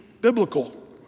biblical